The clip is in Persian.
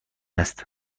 است